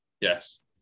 Yes